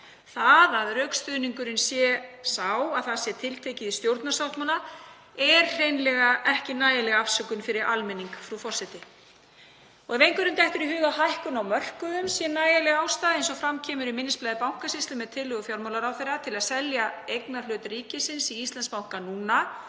Það að rökstuðningurinn sé sá að það sé tiltekið í stjórnarsáttmála er hreinlega ekki nægjanleg afsökun fyrir almenning, frú forseti. Ef einhverjum dettur í hug að hækkun á mörkuðum sé nægjanleg ástæða, eins og fram kemur í minnisblaði Bankasýslu með tillögu fjármálaráðherra um að selja eignarhlut ríkisins í Íslandsbanka núna,